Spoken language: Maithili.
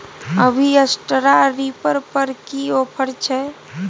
अभी स्ट्रॉ रीपर पर की ऑफर छै?